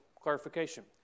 clarification